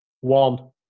one